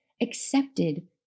accepted